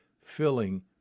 filling